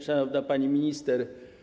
Szanowna Pani Minister!